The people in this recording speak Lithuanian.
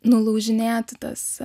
nulaužinėt tas